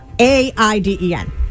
A-I-D-E-N